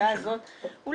ובוועדה הזאת --- 30 שנה?